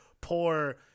poor